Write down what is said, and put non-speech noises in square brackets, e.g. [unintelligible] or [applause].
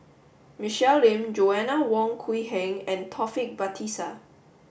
Michelle Lim Joanna Wong Queen Heng and Taufik [unintelligible]